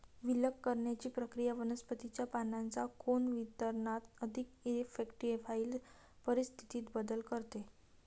विलग करण्याची प्रक्रिया वनस्पतीच्या पानांच्या कोन वितरणात अधिक इरेक्टोफाइल परिस्थितीत बदल करते